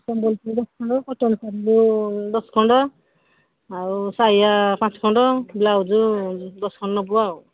ସମ୍ବଲପୁର ଦଶ ଖଣ୍ଡ କଟନ୍ ଶାଢ଼ୀରୁ ଦଶ ଖଣ୍ଡ ଆଉ ସାୟା ପାଞ୍ଚ ଖଣ୍ଡ ବ୍ଲାଉଜ୍ ଦଶ ଖଣ୍ଡ ନବୁ ଆଉ